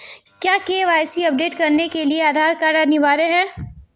क्या KYC update करने के लिए आधार कार्ड अनिवार्य है?